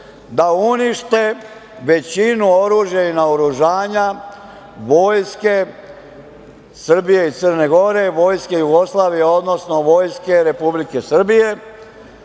da unište većinu oružja i naoružanja Vojske Srbije i Crne Gore, Vojske Jugoslavije, odnosno Vojske Republike Srbije